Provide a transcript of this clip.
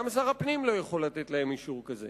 גם שר הפנים לא יכול לתת להם אישור כזה.